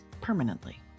permanently